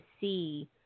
see